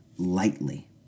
lightly